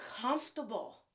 comfortable